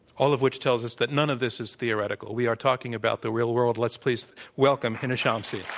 all of which tells us that none of this is theoretical. we are talking about the real world. let's please welcome hina shamsi.